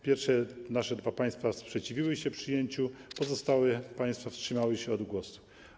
Pierwsze dwa państwa sprzeciwiły się przyjęciu, pozostałe państwa wstrzymały się od głosu.